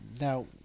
Now